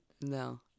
No